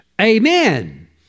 Amen